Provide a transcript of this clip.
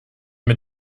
mit